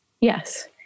Yes